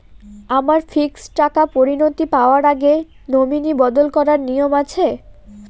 আমার ফিক্সড টাকা পরিনতি পাওয়ার আগে নমিনি বদল করার নিয়ম আছে?